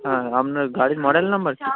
হ্যাঁ আপনার গাড়ির মডেল নাম্বার কী